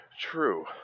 true